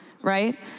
right